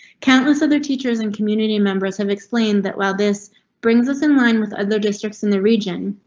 countless other teachers and community members have explained that while this brings us in line with other districts in the region,